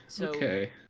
okay